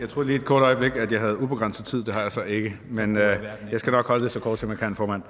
Jeg troede lige et kort øjeblik, at jeg havde ubegrænset tid, men det har jeg så ikke. Jeg skal nok holde det så kort, som jeg kan, formand.